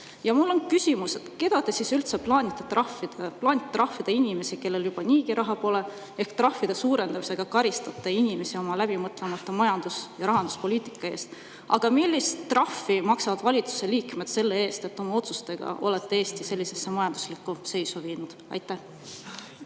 Mul on küsimus: keda te siis üldse plaanite trahvida? Plaanite trahvida inimesi, kellel juba niigi raha pole, ja trahvide suurendamisega karistate inimesi oma läbimõtlemata majandus- ja rahanduspoliitika eest. Aga millist trahvi maksavad valitsuse liikmed selle eest, et te olete oma otsustega Eesti sellisesse majanduslikku seisu viinud? Esiteks,